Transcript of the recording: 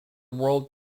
world